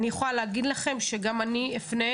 גם אני אפנה